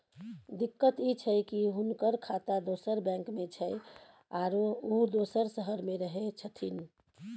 दिक्कत इ छै की हुनकर खाता दोसर बैंक में छै, आरो उ दोसर शहर में रहें छथिन